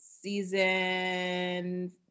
season